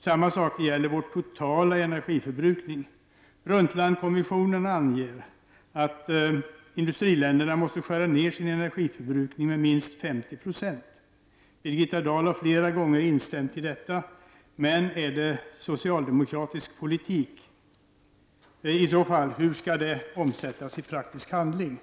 Samma sak gäller vår totala energiförbrukning. Brundtlandkommissionen anger att industriländerna måste skära ned sin energiförbrukning med minst 50 %. Birgitta Dahl har flera gånger instämt i detta, men är det socialdemokratisk politik? I så fall, hur skall det omsättas i praktisk handling?